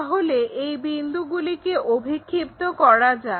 তাহলে এই বিন্দুগুলিকে অভিক্ষিপ্ত করা যাক